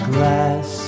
Glass